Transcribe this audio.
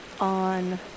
on